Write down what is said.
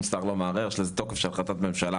שר לא מערער יש לזה תוקף של החלטת ממשלה.